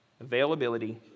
Availability